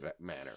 manner